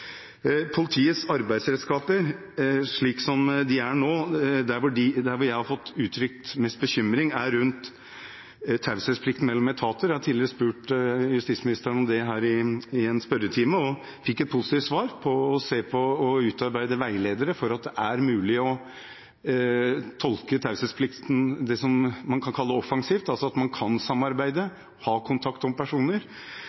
politiets arbeidsredskaper, slik som de er nå, er det taushetsplikten mellom etater jeg har mottatt mest bekymring om. Jeg har tidligere spurt justisministeren om dette i en spørretime, og jeg fikk positivt svar, om å se på og utarbeide veiledere. Det er mulig å tolke taushetsplikten på en måte som man kan kalle «offensiv», altså at man kan samarbeide, ha kontakt om personer